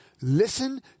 Listen